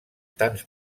tants